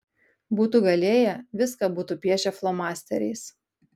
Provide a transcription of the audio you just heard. būtų galėję viską būtų piešę flomasteriais